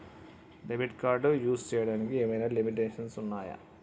Debit card use చేయడానికి ఏమైనా limitations ఉన్నాయా?